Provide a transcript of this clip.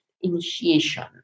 initiation